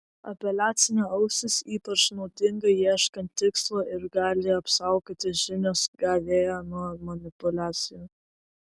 apeliacinė ausis ypač naudinga ieškant tikslo ir gali apsaugoti žinios gavėją nuo manipuliacijų